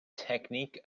technique